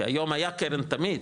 כי היום היה קרן תמיד,